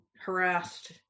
harassed